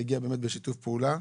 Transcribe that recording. זה הגיע באמת בשיתוף פעולה.